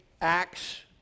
acts